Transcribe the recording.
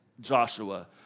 Joshua